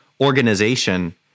Organization